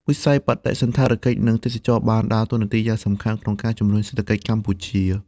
វិស័យ បដិសណ្ឋារកិច្ច និងទេសចរណ៍ បានដើរតួនាទីយ៉ាងសំខាន់ក្នុងការជំរុញសេដ្ឋកិច្ចកម្ពុជា។